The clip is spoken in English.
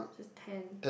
it's just ten